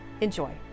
Enjoy